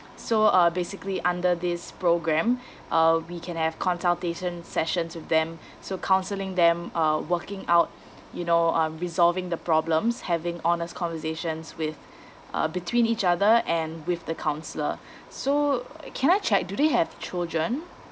so uh basically under this program uh we can have consultation sessions with them so counselling them uh working out you know um resolving the problems having honest conversations with uh between each other and with the counsellor so can I check do they have children